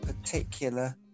particular